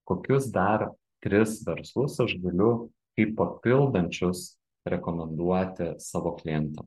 kokius dar tris verslus aš galiu kaip papildančius rekomenduoti savo klientam